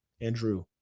Andrew